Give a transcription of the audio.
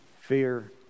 fear